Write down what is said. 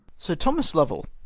sir thomas louell,